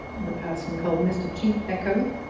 the person called mr. cheape echoed.